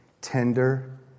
tender